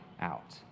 out